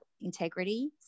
integrity